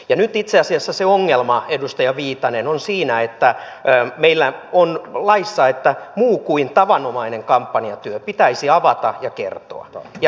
nyt itse asiassa se ongelma edustaja viitanen on siinä että meillä on laissa että muu kuin tavanomainen kampanjatyö pitäisi avata ja kertoa